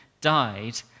died